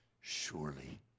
surely